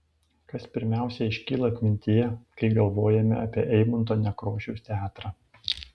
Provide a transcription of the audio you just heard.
kas pirmiausia iškyla atmintyje kai galvojame apie eimunto nekrošiaus teatrą